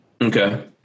Okay